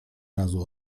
razu